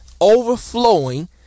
overflowing